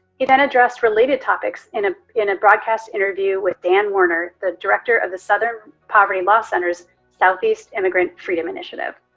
he then addressed related topics in a in a broadcast interview with dan werner, the director of the southern poverty law center's southeast immigrant freedom initiative.